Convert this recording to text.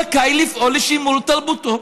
זכאי לפעול לשימור תרבותו,